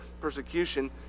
persecution